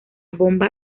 bomba